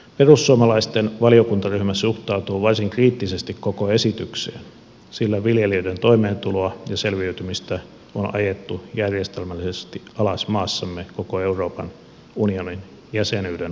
perussuomalaisten valiokuntaryhmä suhtautuu varsin kriittisesti koko esitykseen sillä viljelijöiden toimeentuloa ja selviytymistä on ajettu järjestelmällisesti alas maassamme koko euroopan unionin jäsenyyden ajan